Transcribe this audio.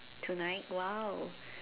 tonight !wow!